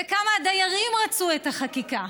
וכמה הדיירים רצו את החקיקה.